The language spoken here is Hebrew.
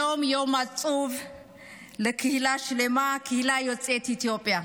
היום יום עצוב לקהילה שלמה, קהילת יוצאי אתיופיה.